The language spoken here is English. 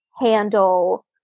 handle